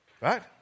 right